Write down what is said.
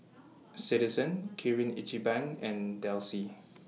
Citizen Kirin Ichiban and Delsey